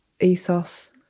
ethos